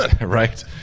right